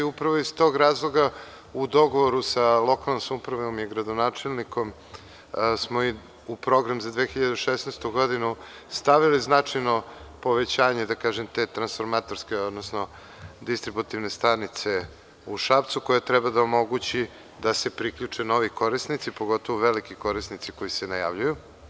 Upravo iz tog razloga, u dogovoru sa lokalnom samoupravom i gradonačelnikom, smo u program za 2016. godinu stavili značajno povećanje te transformatorske, odnosno distributivne stanice u Šapcu, koja treba da omogući da se priključe novi korisnici, pogotovo veliki korisnici koji se najavljuju.